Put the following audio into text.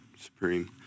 supreme